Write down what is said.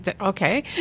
okay